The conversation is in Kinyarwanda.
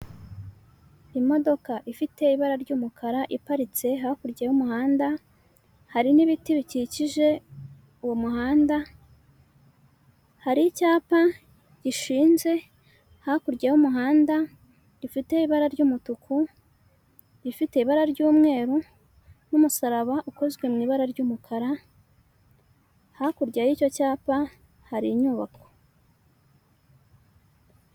Imodoka ifite ibara ry'umukara iparitse hakurya y'umuhanda, hari n'ibiti bikikije uwo muhanda, hari icyapa gishinze hakurya y'umuhanda, gifite ibara ry'umutuku gifite ibara ry'umweru, n'umusaraba ukozwe mu ibara ry'umukara, hakurya y'icyo cyapa hari inyubako.